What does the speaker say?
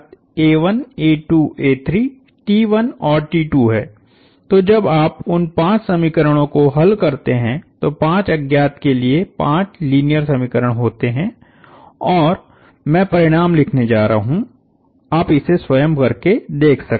तो जब आप उन पांच समीकरणों को हल करते हैं तो पांच अज्ञात के लिए पांच लीनियर समीकरण होते हैं और मैं परिणाम लिखने जा रहा हूं आप इसे स्वयं करके देख सकते हैं